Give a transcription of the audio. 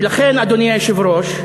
לכן, אדוני היושב-ראש,